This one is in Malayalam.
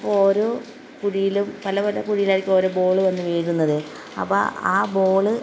ഓരോ കുഴിയിലും പല പല കുഴിയിലായിട്ട് ഓരോ ബോള് വന്ന് വീഴുന്നത് അപ്പം ആ ബോള്